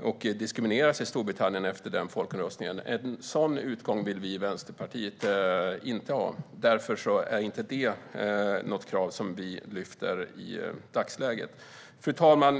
och diskrimineras i Storbritannien efter denna folkomröstning. En sådan utgång vill vi i Vänsterpartiet inte ha. Därför är det inte något krav som vi ställer i dagsläget. Fru talman!